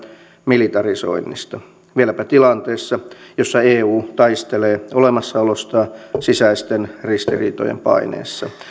militarisoinnista vieläpä tilanteessa jossa eu taistelee olemassaolostaan sisäisten ristiriitojen paineessa